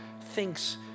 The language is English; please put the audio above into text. thinks